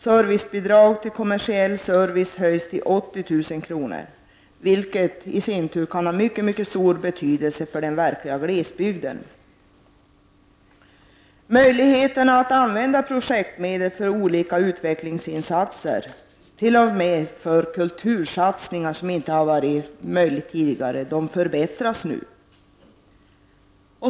Servicebidrag till kommersiell service höjs till 80000 kr., vilket i sin tur kan ha mycket stor betydelse för den egentliga glesbygden. Möjligheterna att använda projektmedel för olika utvecklingsinsatser — t.o.m. för kultursatsningar, vilket inte varit möjligt tidigare — förbättras.